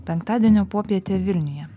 penktadienio popietė vilniuje